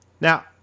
now